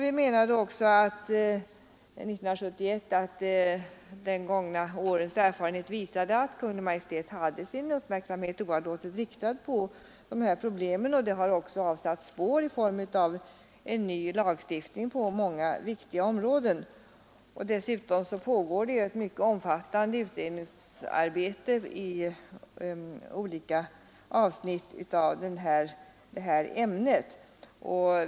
Vi menade också 1971 att de gångna årens erfarenhet visade att Kungl. Maj:t hade sin uppmärksamhet oavlåtligt riktad på dessa problem och att detta också har satt spår i form av ny lagstiftning på många viktiga områden. Det pågår ett mycket omfattande utredningsarbete på olika avsnitt av detta område.